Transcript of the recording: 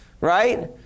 Right